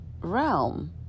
realm